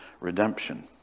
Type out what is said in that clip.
redemption